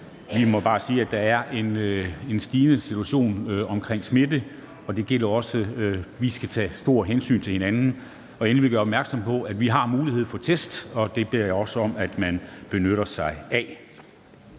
Vi må bare sige, at der er en situation med stigende smitte, og det gælder også her, at vi skal tage hensyn til hinanden. Endelig vil jeg gøre opmærksom på, at vi har mulighed for at tage en test. Det beder jeg også om at man benytter sig af.